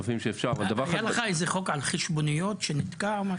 היה לך איזה חוק על חשבוניות שנתקע או משהו?